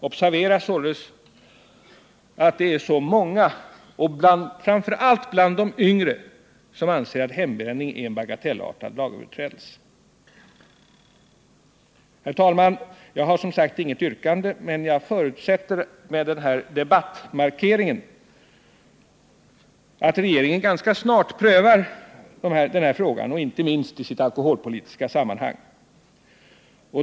Observera således att så många, framför allt bland de yngre, anser att hembränning är en bagatellartad lagöverträdelse. Herr talman! Jag har som sagt inget yrkande, men förutsätter med den här debattmarkeringen att regeringen ganska snart prövar frågan, inte minst i sitt alkoholpolitiska sammanhang.